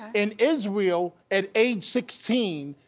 in israel, at age sixteen,